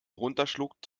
runterschluckt